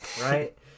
right